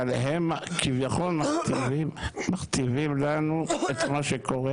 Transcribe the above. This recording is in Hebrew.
אבל הם כביכול מכתיבים לנו את מה שקורה